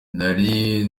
nari